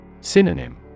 Synonym